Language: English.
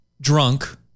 drunk